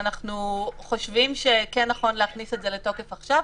ואנחנו חושבים שכן נכון להכניס לתוקף עכשיו.